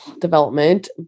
development